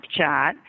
Snapchat